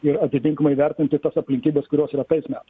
ir atitinkamai vertinti tas aplinkybės kurios yra tais metais